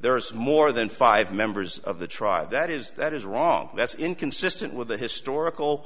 there is more than five members of the tribe that is that is wrong that's inconsistent with the historical